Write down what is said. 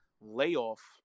layoff